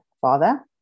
father